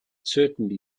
certainly